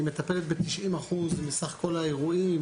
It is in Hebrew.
היא מטפלת ב-90% מסך כל האירועים